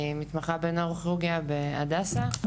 אני מתמחה בנוירוכירורגיה בהדסה,